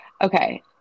okay